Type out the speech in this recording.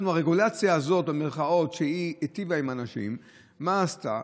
ה"רגולציה" הזאת, שהיטיבה עם אנשים, מה עשתה?